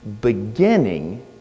beginning